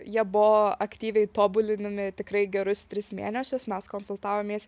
jie buvo aktyviai tobulinami tikrai gerus tris mėnesius mes konsultavomės